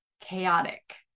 chaotic